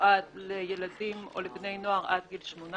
שמיועד לילדים או לבני נוער עד גיל 18,